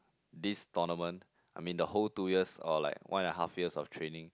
this tournament I mean the whole two years or like one and a half years of training